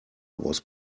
was